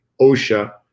OSHA